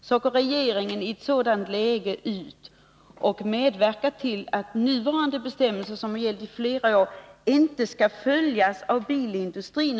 I det läget går regeringen ut och medverkar till att nuvarande bestämmelser, som har gällt i flera år, inte skall följas av bilindustrin.